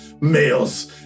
males